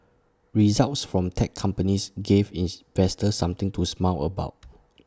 results from tech companies gave something to smile about